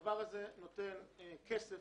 הכסף